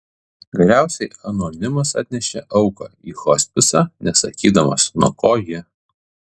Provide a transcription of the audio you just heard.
galiausiai anonimas atnešė auką į hospisą nesakydamas nuo ko ji